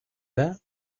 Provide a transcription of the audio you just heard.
that